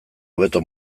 hobeto